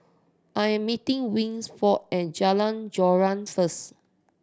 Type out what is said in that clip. I am meeting Winford at Jalan Joran first